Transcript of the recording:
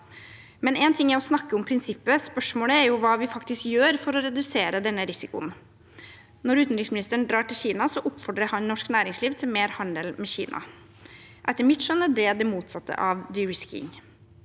Én ting er å snakke om prinsippet, spørsmålet er jo hva vi faktisk gjør for å redusere denne risikoen. Når utenriksministeren drar til Kina, oppfordrer han norsk næringsliv til mer handel med Kina. Etter mitt skjønn er det det motsatte av «de-risking».